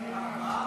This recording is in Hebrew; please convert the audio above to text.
מי נגד?